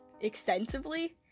extensively